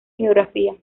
geografía